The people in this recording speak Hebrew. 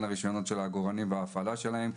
הרישיונות של העגורנים וההפעלה שלהם.